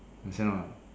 understand what